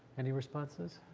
any responses?